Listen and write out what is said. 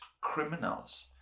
criminals